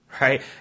Right